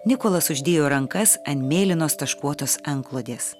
nikolas uždėjo rankas ant mėlynos taškuotos antklodės